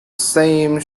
same